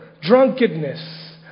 drunkenness